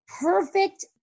perfect